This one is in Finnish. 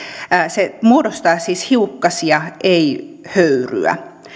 se muodostaa siis hiukkasia ei höyryä